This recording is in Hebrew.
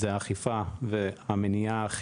זה האכיפה והמניעה-החינוך.